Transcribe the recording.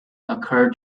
occur